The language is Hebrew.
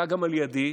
עלה גם על ידי.